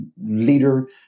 leader